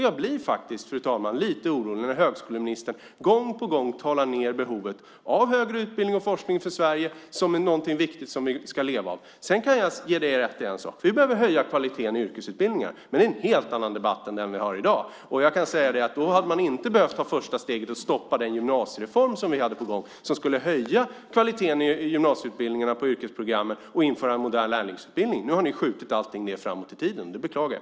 Jag blir faktiskt, fru talman, lite orolig när högskoleministern gång på gång tonar ned behovet av högre utbildning och forskning i Sverige. Det är någonting viktigt som vi ska leva av. Sedan kan jag ge honom rätt i en sak. Vi behöver höja kvaliteten på yrkesutbildningarna, men det är en helt annan debatt än den vi har i dag. Då hade man inte behövt ta första steget och stoppa den gymnasiereform som vi hade på gång. Den skulle höja kvaliteten på yrkesprogrammen i gymnasieutbildningen och införa en modern lärlingsutbildning. Nu har ni skjutit det framåt i tiden, och det beklagar jag.